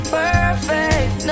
perfect